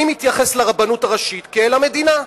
אני מתייחס לרבנות הראשית כאל המדינה.